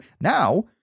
Now